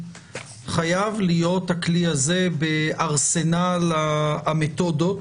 חייב להיות הכלי הזה בארסנל המתודות,